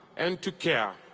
and to care.